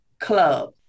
club